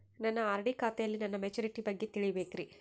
ನನ್ನ ಆರ್.ಡಿ ಖಾತೆಯಲ್ಲಿ ನನ್ನ ಮೆಚುರಿಟಿ ಬಗ್ಗೆ ತಿಳಿಬೇಕ್ರಿ